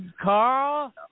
Carl